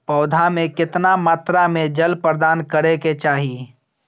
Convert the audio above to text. पौधा में केतना मात्रा में जल प्रदान करै के चाही?